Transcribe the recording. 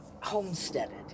homesteaded